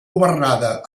governada